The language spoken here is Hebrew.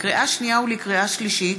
לקריאה שנייה ולקריאה שלישית: